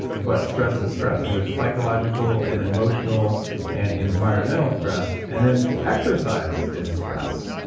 but stress is stress. and there's psychological and emotional and environmental stress, and then exercise is stress.